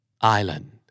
Island